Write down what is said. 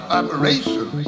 operation